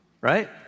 right